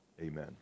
Amen